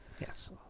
Yes